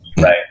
right